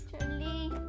Charlie